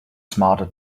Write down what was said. smarter